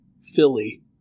Philly